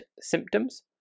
symptoms